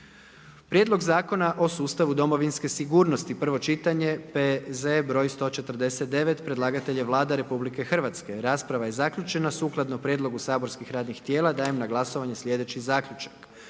prijedlog Zakona o sigurnosnoj zaštiti pomorskih brodova i luka, prvo čitanje P.Z.E. br. 143. Predlagatelj je Vlada Republike Hrvatske. Rasprava je zaključena. Sukladno prijedlogu saborskih radnih tijela, dajem na glasovanje sljedeći zaključak: